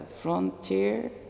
frontier